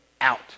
out